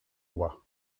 lois